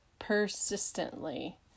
persistently